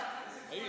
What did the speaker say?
בעיר.